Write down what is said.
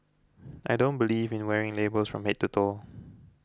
I don't believe in wearing labels from head to toe